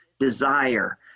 desire